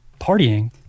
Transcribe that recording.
partying